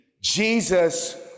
Jesus